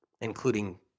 including